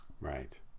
Right